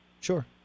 Sure